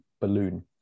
balloon